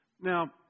Now